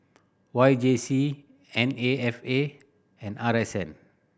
Y J C N A F A and R S N